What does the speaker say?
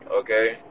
okay